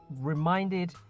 reminded